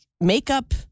makeup